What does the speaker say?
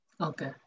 Okay